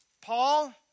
Paul